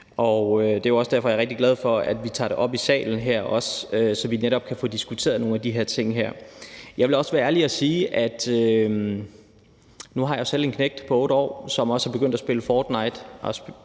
og det er derfor, jeg er rigtig glad for, at vi også tager det op i salen her, så vi netop kan få diskuteret nogle af de her ting. Jeg vil også være ærlig og sige, at nu har jeg jo selv en knægt på 8 år, som også er begyndt at spille »Fortnite«